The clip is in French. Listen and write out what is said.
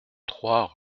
trois